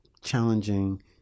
challenging